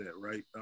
Right